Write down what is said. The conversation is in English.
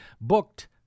booked